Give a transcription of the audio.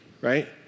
right